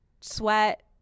sweat